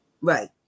right